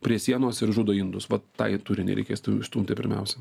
prie sienos ir žudo indus vat tai turinį reikės išstumti pirmiausia